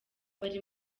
bari